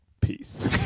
peace